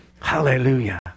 Hallelujah